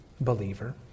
believer